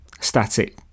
static